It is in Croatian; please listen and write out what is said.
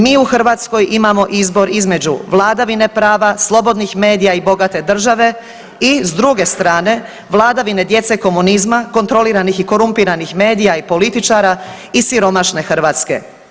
Mi u Hrvatskoj imamo izbor između vladavine prava, slobodnih medija i bogate države i s druge strane vladavine djece komunizma, kontroliranih i korumpiranih medija i političara i siromašne Hrvatske.